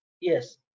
Yes